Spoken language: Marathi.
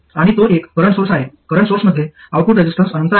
आणि तो एक करंट सोर्स आहे करंट सोर्समध्ये आउटपुट रेसिस्टन्स अनंत आहे